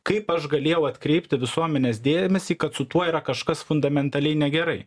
kaip aš galėjau atkreipti visuomenės dėmesį kad su tuo yra kažkas fundamentaliai negerai